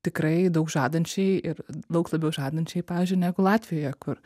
tikrai daug žadančiai ir daug labiau žadančiai pavyzdžiui negu latvijoje kur